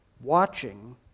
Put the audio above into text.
watching